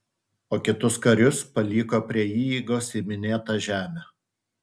o kitus karius paliko prie įeigos į minėtą žemę